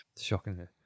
shocking